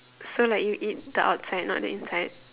so like you eat the outside not the inside